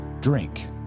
drink